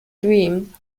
dream